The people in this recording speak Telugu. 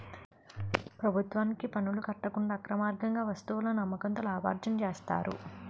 ప్రభుత్వానికి పనులు కట్టకుండా అక్రమార్గంగా వస్తువులను అమ్మకంతో లాభార్జన చేస్తారు